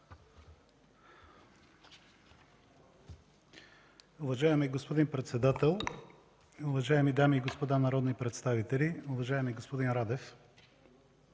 Уважаеми господин председател, уважаеми дами и господа народни представители! Уважаеми господин Радев,